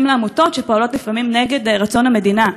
לעמותות שפועלות לפעמים נגד רצון המדינה.